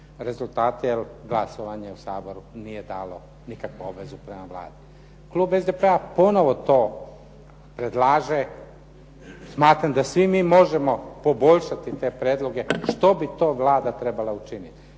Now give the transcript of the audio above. rezultate, jer glasovanje u Saboru nije dalo nikakvu obvezu prema Vladi. Klub SDP-a ponovo to predlaže. Smatram da svi mi možemo poboljšati te prijedloge što bi to Vlada trebala učiniti.